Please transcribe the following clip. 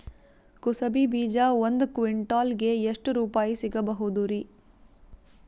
ಕುಸಬಿ ಬೀಜ ಒಂದ್ ಕ್ವಿಂಟಾಲ್ ಗೆ ಎಷ್ಟುರುಪಾಯಿ ಸಿಗಬಹುದುರೀ?